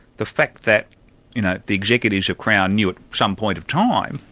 the fact that you know the executives of crown knew at some point of time,